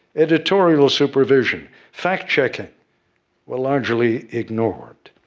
editorial supervision, fact-checking were largely ignored.